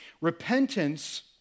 Repentance